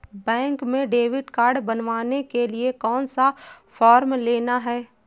Bank में debit card बनवाने के लिए कौन सा फॉर्म लेना है?